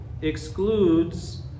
excludes